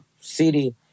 city